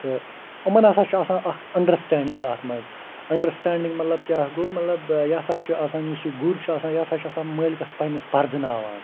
تہٕ یِمَن ہَسا چھُ آسان اَکھ اَنڈرسٹینڈِنٛگ اَتھ مَنٛز اَنڈرسٹینڈِنٛگ مطلب کیٛاہ گوٚو مطلب یہِ ہَسا چھُ آسان یُس یہِ گُر چھُ آسان یہِ ہَسا چھُ آسان مٲلکَس پَننِس پَرزٕناوان